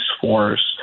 force